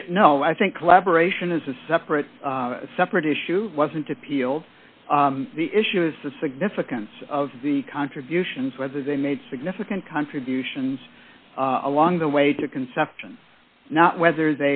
i know i think collaboration is a separate separate issue wasn't appealed the issue is the significance of the contributions whether they made significant contributions along the way to conception not whether